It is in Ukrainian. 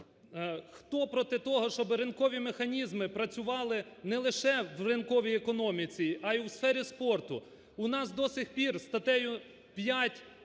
Хто проти того, щоб ринкові механізми працювали не лише в ринковій економіці, а і в сфері спорту? У нас до сих пір статтею 5